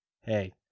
hey